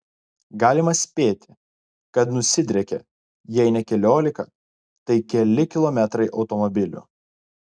galima spėti kad nusidriekė jei ne keliolika tai keli kilometrai automobilių